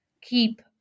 keep